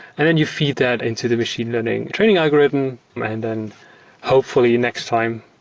and then you feed that into the machine learning training algorithm, and then hopefully next time,